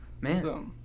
Man